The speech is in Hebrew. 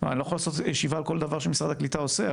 לא יכול לעשות ישיבה על כל דבר שמשרד הקליטה עושה,